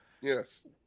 Yes